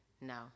no